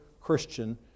Christian